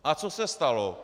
A co se stalo?